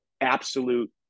absolute